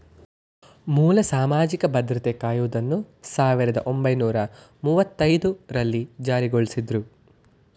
ಮೂಲ ಸಾಮಾಜಿಕ ಭದ್ರತಾ ಕಾಯ್ದೆಯನ್ನ ಸಾವಿರದ ಒಂಬೈನೂರ ಮುವ್ವತ್ತಐದು ರಲ್ಲಿ ಜಾರಿಗೊಳಿಸಿದ್ರು